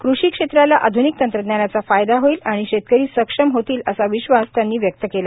कृषी क्षेत्राला आध्निक तंत्रज्ञानाचा फायदा होईल आणि शेतकरी सक्षम होतील असा विश्वास त्यांनी व्यक्त केला